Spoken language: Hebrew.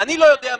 אני עונה לך.